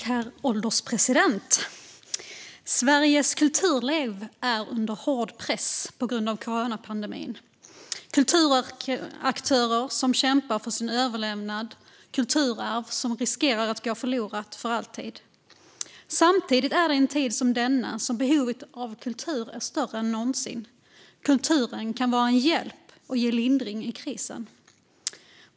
Herr ålderspresident! Sveriges kulturliv är under hård press på grund av coronapandemin. Kulturaktörer kämpar för sin överlevnad, och kulturarv riskerar att gå förlorat för alltid. Samtidigt är behovet av kultur större än någonsin i en tid som denna. Kulturen kan vara en hjälp och ge lindring i krisen.